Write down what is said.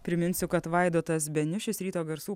priminsiu kad vaidotas beniušis ryto garsų